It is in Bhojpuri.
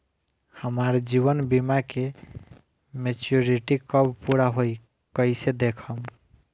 हमार जीवन बीमा के मेचीयोरिटी कब पूरा होई कईसे देखम्?